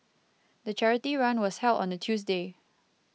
the charity run was held on a Tuesday